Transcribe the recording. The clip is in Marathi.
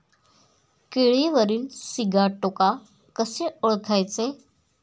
केळीवरील सिगाटोका कसे ओळखायचे?